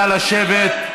נא לשבת.